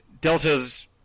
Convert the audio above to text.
Delta's